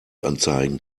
anzeigen